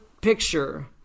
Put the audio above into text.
picture